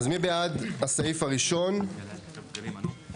אז מי בעד הסעיף הראשון כנוסחו?